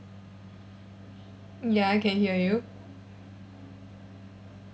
ya I can hear you